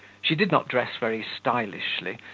she did not dress very stylishly,